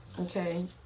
Okay